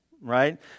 right